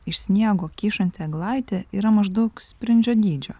iš sniego kyšanti eglaitė yra maždaug sprindžio dydžio